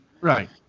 Right